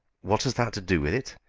what has that to do with it?